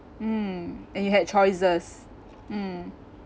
mm and you had choices mm